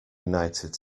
united